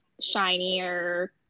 shinier